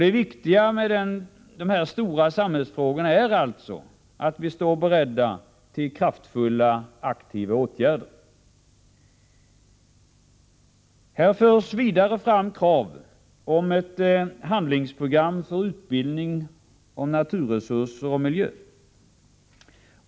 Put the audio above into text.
Det viktiga är alltså att vi står beredda att aktivt vidta kraftfulla åtgärder för att lösa de här stora samhällsfrågorna. Vidare har det framförts krav på ett handlingsprogram för utbildning i fråga om naturresurser och miljö.